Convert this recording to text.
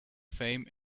fame